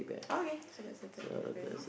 okay so that's the third difference